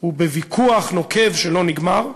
הוא בוויכוח נוקב שלא נגמר.